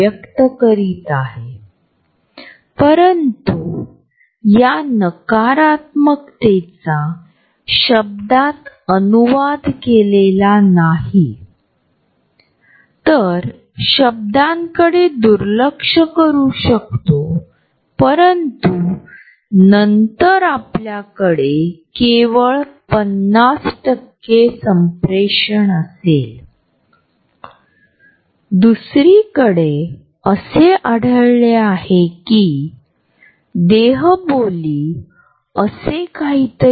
वैयक्तिक जागेसंबंधित परस्परसंवाद अष्टमितीय असतातआवाजातील चढ उतारशरीराची उष्णताडोळ्यांचा संपर्क वास स्पर्श लिंग शरीराची स्थिती आणि जागा सकारात्मक संवादास प्रोत्साहित करतात